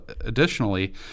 additionally